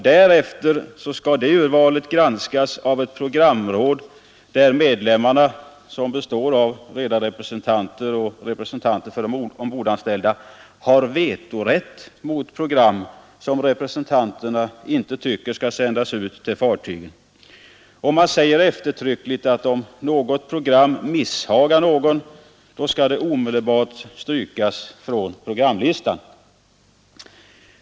Därefter skall det urvalet granskas av ett programråd, där medlemmarna, som består av representanter för redarna och för de ombordanställda, har vetorätt mot program som de inte tycker skall sändas ut till fartygen. Det sägs eftertryckligt att om ett program misshagar någon, skall det omedelbart strykas från programlistan.